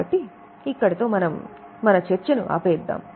కాబట్టి ఇక్కడితో మన చర్చను ఆపేద్దాం